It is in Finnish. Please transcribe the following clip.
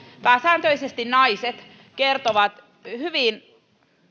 pääsääntöisesti naiset kertovat hyvin